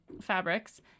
fabrics